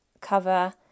cover